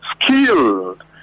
skilled